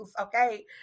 Okay